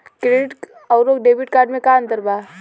Credit अउरो debit card मे का अन्तर बा?